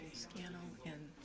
scan all in.